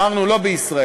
אמרנו לא בישראל,